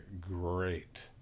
great